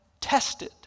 tested